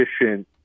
efficient